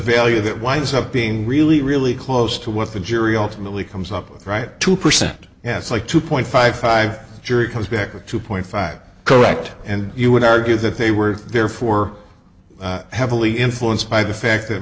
value that winds up being really really close to what the jury ultimately comes up with right two percent yes like two point five five jury comes back or two point five correct and you would argue that they were there for heavily influenced by the fact that